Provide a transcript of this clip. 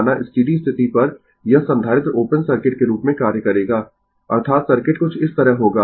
माना स्टीडी स्थिति पर यह संधारित्र ओपन सर्किट के रूप में कार्य करेगा अर्थात सर्किट कुछ इस तरह होगा